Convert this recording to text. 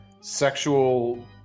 sexual